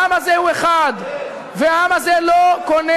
אתה מסכסך.